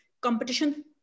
competition